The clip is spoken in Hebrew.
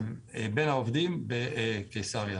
בין העובדים בקיסריה.